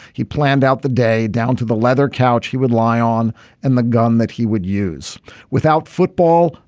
he planned out the day down to the leather couch he would lie on and the gun that he would use without football.